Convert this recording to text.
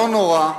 לא נורא,